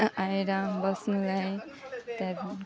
आएर बस्नुलाई त्यहाँ